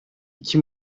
iki